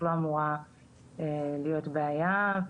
לא אמורה להיות בעיה,